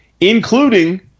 including